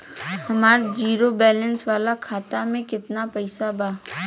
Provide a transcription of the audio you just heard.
हमार zero balance वाला खाता में केतना पईसा बा?